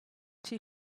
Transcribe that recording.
too